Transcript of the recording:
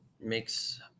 makes